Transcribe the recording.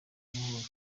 umunyamahoro